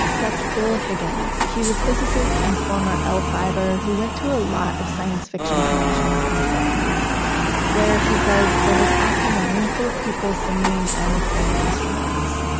that's bill higgins, he's a physicist and former l five er who went to a lot of science fiction conventions in the seventy s where he says there was often a room full of people singing and playing instruments.